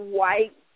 White